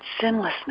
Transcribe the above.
sinlessness